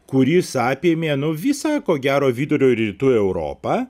kuris apėmė nu visą ko gero vidurio ir rytų europą